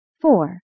Four